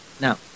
Now